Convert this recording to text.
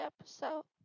episode